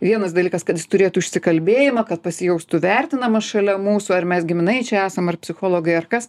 vienas dalykas kad jis turėtų išsikalbėjimą kad pasijaustų vertinamas šalia mūsų ar mes giminaičiai esam ar psichologai ar kas